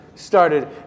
started